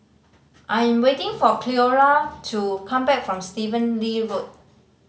I'm waiting for Cleola to come back from Stephen Lee Road